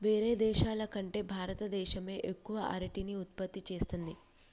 వేరే దేశాల కంటే భారత దేశమే ఎక్కువ అరటిని ఉత్పత్తి చేస్తంది